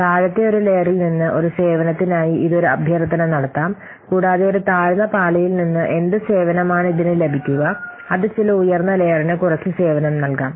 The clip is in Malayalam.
താഴത്തെ ഒരു ലെയറിൽ നിന്ന് ഒരു സേവനത്തിനായി ഇത് ഒരു അഭ്യർത്ഥന നടത്താം കൂടാതെ ഒരു താഴ്ന്ന പാളിയിൽ നിന്ന് എന്ത് സേവനമാണ് ഇതിന് ലഭിക്കുക അത് ചില ഉയർന്ന ലെയറിന് കുറച്ച് സേവനം നൽകാം